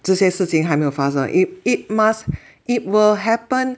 这些事情还没有发生 it it must it will happen